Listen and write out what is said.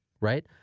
right